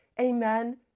Amen